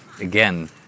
again